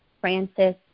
Francis